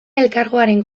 elkargoaren